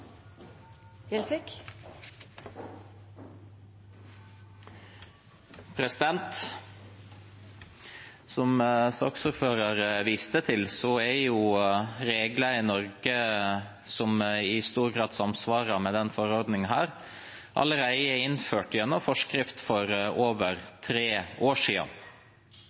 regler i Norge som i stor grad samsvarer med denne forordningen, allerede innført gjennom forskrift for over tre år